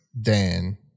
Dan